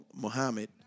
Muhammad